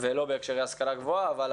ולא בהקשרי השכלה גבוהה, אבל